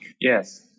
Yes